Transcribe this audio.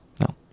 no